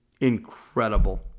Incredible